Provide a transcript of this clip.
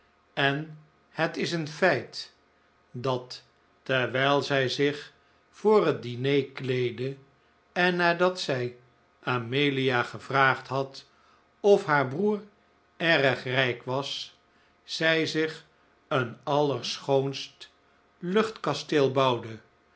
en het is een feit dat terwijl zij zich voor het diner kleedde en nadat zij amelia gevraagd had of haar broer erg rijk was zij zich een allerschoonst